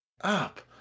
up